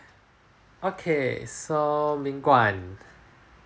okay so ming-guan